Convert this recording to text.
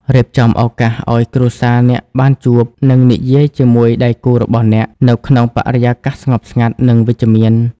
រៀបចំឱកាសឲ្យគ្រួសារអ្នកបានជួប និងនិយាយជាមួយដៃគូរបស់អ្នកនៅក្នុងបរិយាកាសស្ងប់ស្ងាត់ និងវិជ្ជមាន។